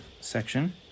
section